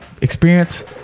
experience